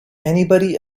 anybody